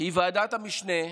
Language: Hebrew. בהיררכיה היא ועדת המשנה,